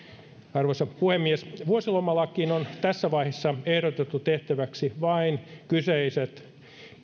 arvoisa puhemies vuosilomalakiin on tässä vaiheessa ehdotettu tehtäväksi vain kyseiset